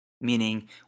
meaning